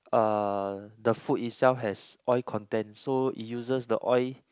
uh the food itself has oil content so it uses the oil